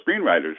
screenwriters